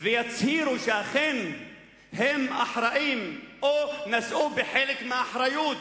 ויצהירו שאכן הם אחראים או נשאו בחלק מהאחריות